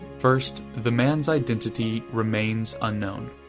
first, the man's identity remains unknown.